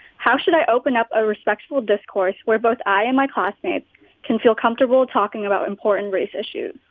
how should i open up a respectful discourse where both i and my classmates can feel comfortable talking about important race issues?